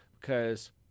because-